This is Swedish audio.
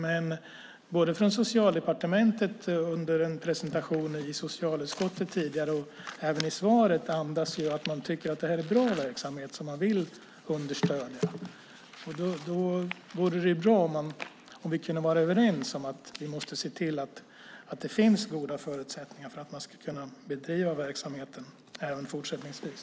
Men både Socialdepartementet - jag tänker på en presentation i socialutskottet tidigare - och svaret andas ju att man tycker att det här är en bra verksamhet som man vill understödja. Då vore det bra om vi kunde vara överens om att vi måste se till att det finns goda förutsättningar för att man ska kunna bedriva verksamheten även fortsättningsvis.